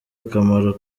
akamaro